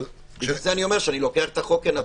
לכן אני אומר שאני לוקח את החוק כנתון.